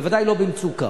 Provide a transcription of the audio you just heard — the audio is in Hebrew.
בוודאי לא בשעת מצוקה.